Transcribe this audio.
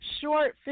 short